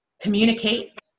communicate